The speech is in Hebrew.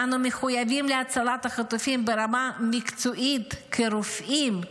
ואנו מחויבים להצלת החטופים ברמה המקצועית כרופאים,